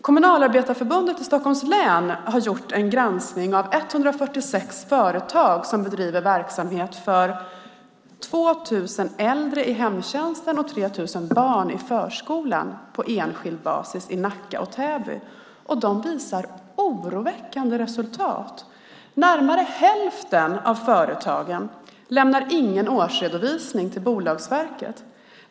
Kommunalarbetareförbundet i Stockholms län har gjort en granskning av 146 företag som bedriver verksamhet för 2 000 äldre i hemtjänsten och 3 000 barn i förskolan på enskild basis i Nacka och Täby, och den visar oroväckande resultat. Närmare hälften av företagen lämnar ingen årsredovisning till Bolagsverket.